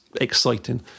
exciting